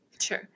Sure